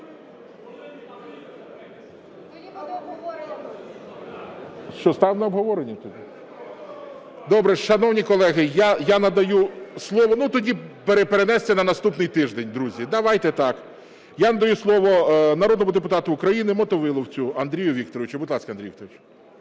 Добре, шановні колеги, я надаю слово... Ну, тоді перенести на наступний тиждень, друзі. Давайте так. Я надаю слово народному депутату України Мотовиловцю Андрію Вікторовичу. Будь ласка, Андрію Вікторовичу.